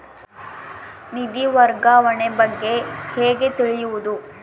ನಿಧಿ ವರ್ಗಾವಣೆ ಬಗ್ಗೆ ಹೇಗೆ ತಿಳಿಯುವುದು?